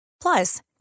Plus